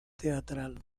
teatral